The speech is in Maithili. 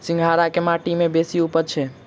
सिंघाड़ा केँ माटि मे बेसी उबजई छै?